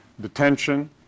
detention